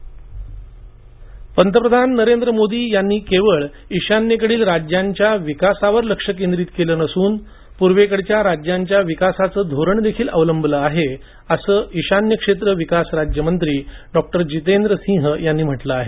जितेंद्र सिंह पंतप्रधान नरेंद्र मोदी यांनी केवळ ईशान्येकडील राज्यांच्या विकासावर लक्ष केंद्रित केलं नसून पूर्वकडच्या राज्यांच्या विकासाचं धोरण देखील अवलंबिलेलं आहे असं ईशान्य क्षेत्र विकास राज्यमंत्री डॉक्टर जितेंद्र सिंह यांनी म्हटलं आहे